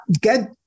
get